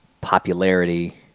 popularity